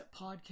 podcast